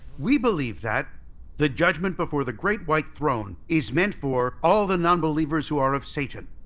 we believe that the judgment before the great white throne is meant for all the non-believers who are of satan.